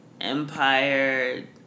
Empire